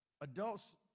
adults